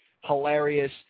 hilarious